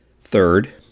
Third